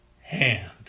hand